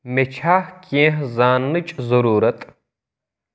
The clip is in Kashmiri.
مےٚ چھا کینٛہہ زاننٕچ ضروٗرت